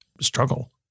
struggle